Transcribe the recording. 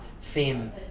fame